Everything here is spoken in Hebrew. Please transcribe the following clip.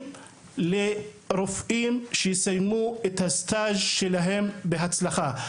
לרופאים שסיימו את הסטאז' שלהם בהצלחה.